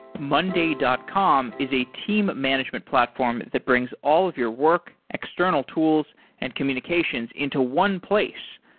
monday dot com is a team management platform that brings all of your work, external tools and communications into one place,